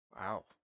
Wow